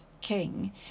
king